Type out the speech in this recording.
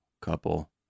couple